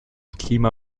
klima